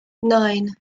nine